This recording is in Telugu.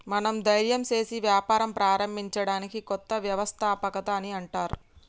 మనం ధైర్యం సేసి వ్యాపారం ప్రారంభించడాన్ని కొత్త వ్యవస్థాపకత అని అంటర్